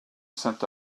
saint